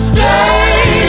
Stay